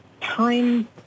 time